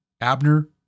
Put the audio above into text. Abner